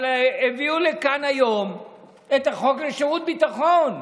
אבל הביאו לכאן היום את חוק שירות ביטחון.